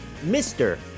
Mr